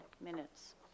minutes